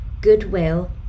goodwill